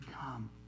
come